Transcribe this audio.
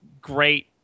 great